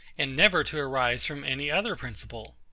and never to arise from any other principle.